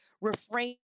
refrain